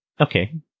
Okay